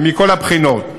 מכל הבחינות.